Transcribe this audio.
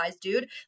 dude